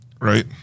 Right